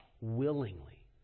willingly